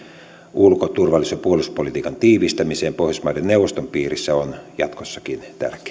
ulko turvallisuus ja puolustuspolitiikan tiivistämiseen pohjoismaiden neuvoston piirissä on jatkossakin